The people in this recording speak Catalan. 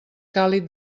càlid